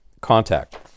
contact